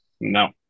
no